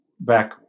back